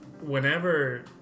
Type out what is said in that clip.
whenever